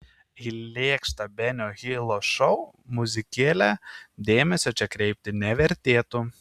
į lėkštą benio hilo šou muzikėlę dėmesio čia kreipti nevertėtų